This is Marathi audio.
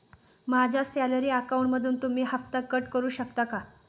माझ्या सॅलरी अकाउंटमधून तुम्ही हफ्ता कट करू शकता का?